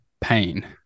pain